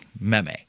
meme